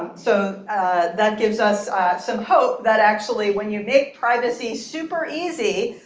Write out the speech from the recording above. so that gives us some hope that actually when you make privacy super easy,